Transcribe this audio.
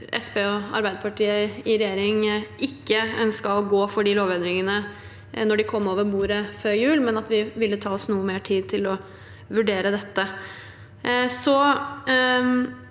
og Arbeiderpartiet i regjering ikke ønsket å gå for de lovendringene da de kom over bordet før jul, men at vi ville ta oss noe mer tid til å vurdere dette.